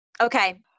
Okay